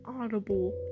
audible